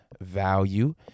value